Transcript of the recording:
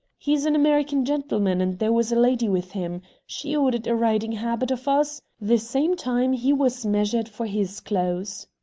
he's an american gentleman, and there was a lady with him. she ordered a riding-habit of us the same time he was measured for his clothes.